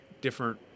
different